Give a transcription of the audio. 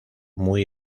muy